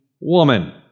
woman